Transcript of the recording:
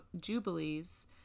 Jubilees